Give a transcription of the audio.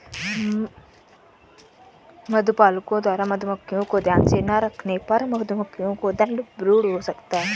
मधुपालकों द्वारा मधुमक्खियों को ध्यान से ना रखने पर मधुमक्खियों को ठंड ब्रूड हो सकता है